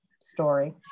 story